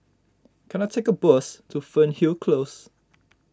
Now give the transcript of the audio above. can I take a bus to Fernhill Close